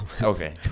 Okay